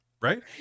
right